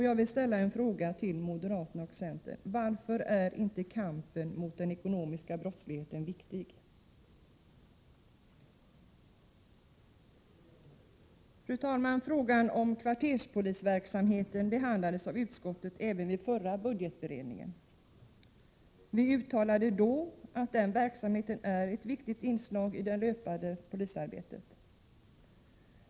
Jag vill ställa en fråga till moderaterna och centern: Varför är inte kampen mot den ekonomiska brottsligheten viktig? Fru talman! Frågan om kvarterspolisverksamheten behandlades av utskottet även vid förra budgetberedningen. Vi uttalade då att den verksamheten är ett viktigt inslag i det löpande polisarbetet.